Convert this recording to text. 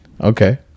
Okay